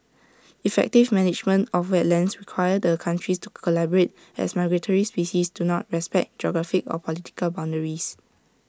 effective management of wetlands requires the countries to collaborate as migratory species do not respect geographic or political boundaries